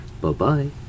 Bye-bye